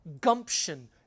gumption